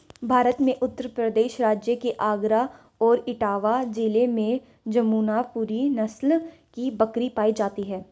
भारत में उत्तर प्रदेश राज्य के आगरा और इटावा जिले में जमुनापुरी नस्ल की बकरी पाई जाती है